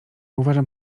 uważam